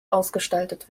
ausgestaltet